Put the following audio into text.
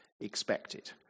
expected